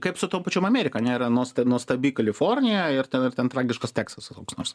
kaip su tom pačiom amerika nėra nosta nuostabi kalifornija ir te ir ten tragiškas teksasas koks nors